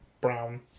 brown